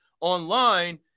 online